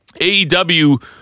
AEW